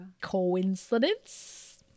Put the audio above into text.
Coincidence